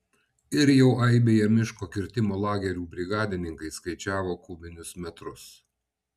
ir jau aibėje miško kirtimo lagerių brigadininkai skaičiavo kubinius metrus